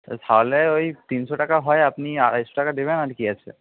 তাহলে ঐ তিনশো টাকা হয় আপনি আড়াইশো টাকা দেবেন আর কি আছে